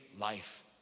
life